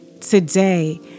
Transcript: today